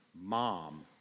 mom